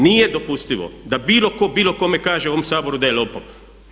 Nije dopustivo da bilo tko bilo kome kaže u ovom Saboru da je lopov.